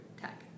tech